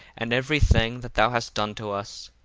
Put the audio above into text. and every thing that thou hast done to us,